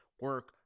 Work